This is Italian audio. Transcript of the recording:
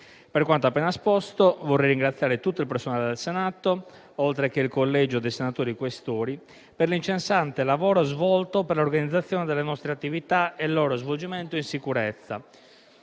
Per quanto appena esposto, vorrei ringraziare tutto il personale del Senato, oltre che il Collegio dei senatori Questori, per l'incessante lavoro svolto per l'organizzazione delle nostre attività e il loro svolgimento in sicurezza.